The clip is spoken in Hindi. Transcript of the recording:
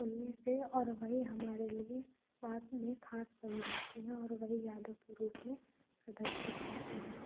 सुनने से और वही हमारे लिए बाद में ख़ास बन जाती हैं और वही यादों के रूप में प्रदर्शित होती हैं